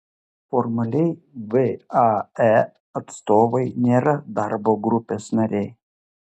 formaliai vae atstovai nėra darbo grupės nariai